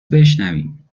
بشنویم